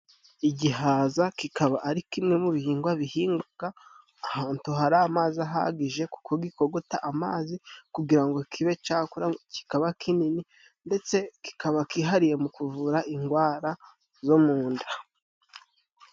Igihaza kikaba ari kimwe mu bihingwa bihingwaga ahantu hari amazi gahagije kuko gikogota amazi kugira ngo kibe ca kikaba kinini ndetse kikaba kihariye mu kuvura ingwara zo mu nda.